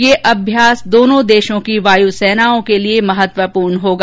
यह अभ्यास दोनों देशों की वायुसेनाओं के लिए महत्वपूर्ण होगा